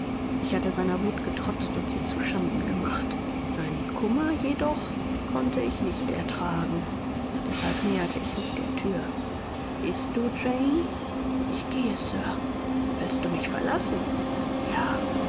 ich hatte seiner wut getrotzt und sie zu schanden gemacht seinen kummer jedoch konnte ich nicht ertragen deshalb näherte ich mich der thür gehst du jane ich gehe sir du willst mich verlassen ja